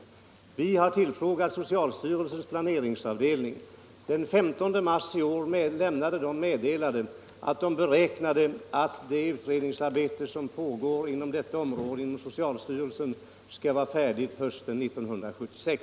Utskottet har tillfrågat socialstyrelsens planeringsavdelning, och den 15 mars meddelade avdelningen att det utredningsarbete som pågår inom socialstyrelsen på detta område beräknades vara färdigt hösten 1976.